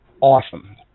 Awesome